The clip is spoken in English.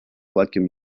welcome